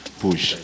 push